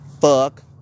Fuck